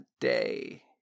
day